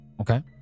Okay